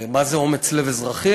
מה זה אומץ לב אזרחי?